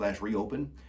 reopen